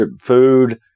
food